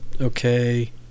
okay